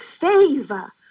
favor